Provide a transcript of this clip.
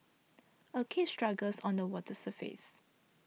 a carp struggles on the water's surface